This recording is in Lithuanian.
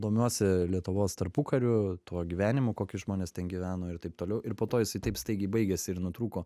domiuosi lietuvos tarpukariu tuo gyvenimu kokį žmonės ten gyveno ir taip toliau ir po to jisai taip staigiai baigėsi ir nutrūko